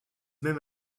même